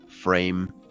frame